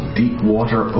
deep-water